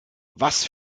was